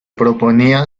proponía